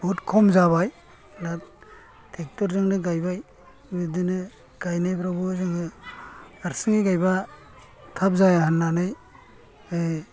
बुहुद खम जाबाय दा थेखथरजोंनो गायबाय बिदिनो गायनायफ्रावबो जोङो हारसिङै गायबा थाब जाया होननानै